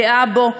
גאה בו.